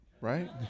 Right